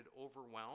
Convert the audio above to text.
overwhelmed